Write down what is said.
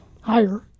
higher